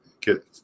get